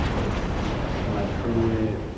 that was when i truly